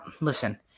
listen